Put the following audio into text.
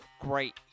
Great